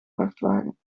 vrachtwagen